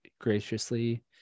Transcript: graciously